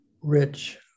rich